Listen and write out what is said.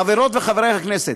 חברות וחברי הכנסת,